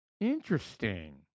Interesting